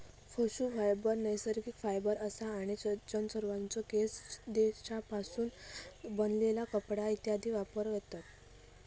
पशू फायबर नैसर्गिक फायबर असा आणि जनावरांचे केस, तेंच्यापासून बनलेला कपडा इत्यादीत वापर होता